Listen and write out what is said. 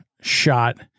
shot